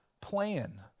plan